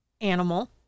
animal